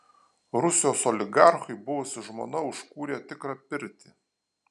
rusijos oligarchui buvusi žmona užkūrė tikrą pirtį